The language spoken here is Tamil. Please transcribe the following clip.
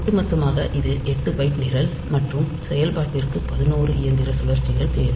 ஒட்டுமொத்தமாக இது 8 பைட் நிரல் மற்றும் செயல்பாட்டிற்கு பதினொரு இயந்திர சுழற்சிகள் தேவை